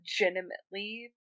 legitimately